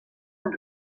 amb